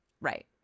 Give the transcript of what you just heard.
right